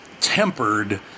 tempered